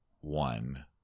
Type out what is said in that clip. one